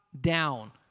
down